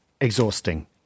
Exhausting